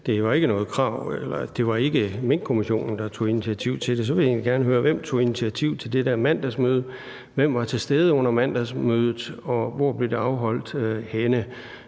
at det ikke var noget krav, eller at det ikke var Minkkommissionen, der tog initiativ til det. Så vil jeg egentlig gerne høre: Hvem tog initiativ til det der mandagsmøde? Hvem var til stede under mandagsmødet? Og hvorhenne blev det afholdt?